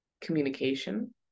communication